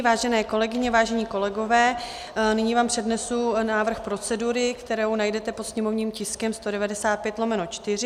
Vážené kolegyně, vážení kolegové, nyní vám přednesu návrh procedury, kterou najdete pod sněmovním tiskem 195/4.